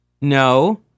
No